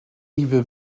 nieuwe